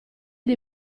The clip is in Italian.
dei